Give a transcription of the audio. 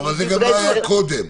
אבל זה גם לא היה קודם.